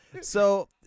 So-